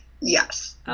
Yes